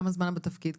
כמה זמן את בתפקיד?